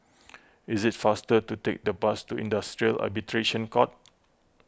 it is faster to take the bus to Industrial Arbitration Court